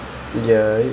I need that